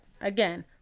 again